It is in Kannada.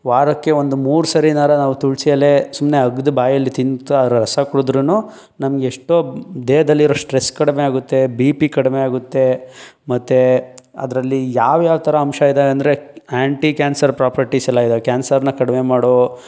ವಾರಕ್ಕೆ ಒಂದು ಮೂರು ಸರಿನಾರು ನಾವು ತುಳಸಿ ಎಲೆ ಸುಮ್ಮನೆ ಅಗಿದು ಬಾಯಲ್ಲಿ ತಿನ್ತಾ ರಸ ಕುಡ್ದ್ರೂ ನಮ್ಗೆ ಎಷ್ಟೋ ದೇಹದಲ್ಲಿರೊ ಸ್ಟ್ರೆಸ್ ಕಡಿಮೆಯಾಗುತ್ತೆ ಬಿ ಪಿ ಕಡಿಮೆಯಾಗುತ್ತೆ ಮತ್ತು ಅದರಲ್ಲಿ ಯಾವ್ಯಾವ ಥರ ಅಂಶ ಇದೆ ಅಂದರೆ ಆ್ಯಂಟಿ ಕ್ಯಾನ್ಸರ್ ಪ್ರಾಪರ್ಟಿಸ್ ಎಲ್ಲ ಇದೆ ಕ್ಯಾನ್ಸರನ್ನ ಕಡಿಮೆ ಮಾಡೋ